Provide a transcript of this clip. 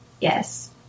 Yes